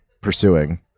pursuing